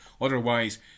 Otherwise